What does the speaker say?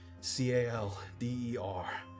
C-A-L-D-E-R